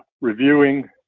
reviewing